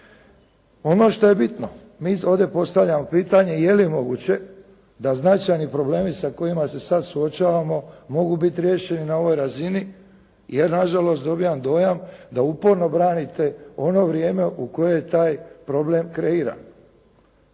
Ono što je bitno, mi ovdje postavljamo pitanje je li moguće da značajni problemi sa kojima se sada suočavamo mogu biti riješeni na ovoj razini jer nažalost dobivam dojam da uporno branite ono vrijeme u kojem je taj problem kreiran.